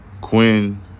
Quinn